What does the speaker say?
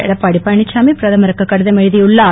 எடப்பாடி பழனிச்சாமி பிரதமருக்கு கடிதம் எழுதியுள்ளார்